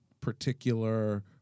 particular